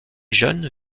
jeunes